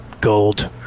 gold